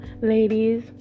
ladies